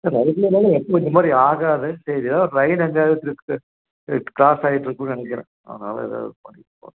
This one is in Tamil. இல்லை சார் அதுக்கு முன்னாடிலாம் எப்போவும் இந்தமாதிரி ஆகாது சரி எதாவது ட்ரெயின் எங்கேயாவுது க்ராஸ் ஆயிட்டுருக்குன்னு நினைக்கிறேன் அதனால் எதாவது பண்ணிட்டுருப்பாங்க